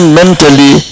mentally